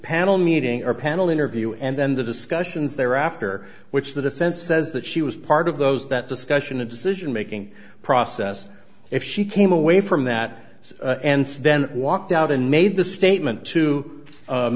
panel meeting our panel interview and then the discussions there after which the defense says that she was part of those that discussion of decision making process if she came away from that and then walked out and made the statement to